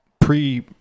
pre